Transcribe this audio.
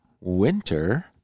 winter